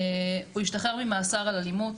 הוא השתחרר ממאסר על אלימות